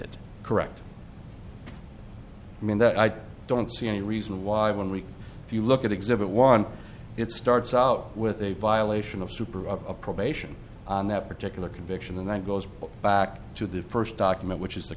it correct i mean that i don't see any reason why one week if you look at exhibit one it starts out with a violation of super of probation on that particular conviction and that goes back to the first document which is t